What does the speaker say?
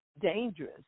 dangerous